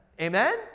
amen